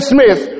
Smith